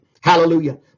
Hallelujah